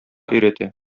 өйрәтә